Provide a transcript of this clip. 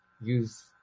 use